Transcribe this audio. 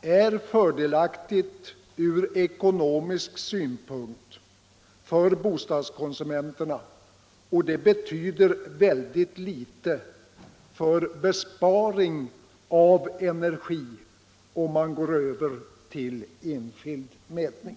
är fördelaktig från ekonomisk synpunkt för bostadskonsumenterna, och det betyder väldigt litet för besparing av energi om man går över till enskild mätning.